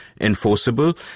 enforceable